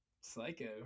psycho